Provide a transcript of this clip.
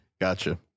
Gotcha